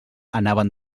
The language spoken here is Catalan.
anaven